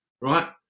right